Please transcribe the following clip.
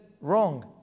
wrong